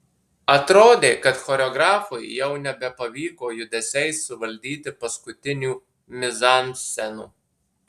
atrodė kad choreografui jau nebepavyko judesiais suvaldyti paskutinių mizanscenų